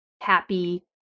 happy